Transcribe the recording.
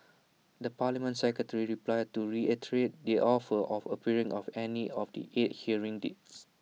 the parliament secretary replied to reiterate the offer of appearing on any of the eight hearing dates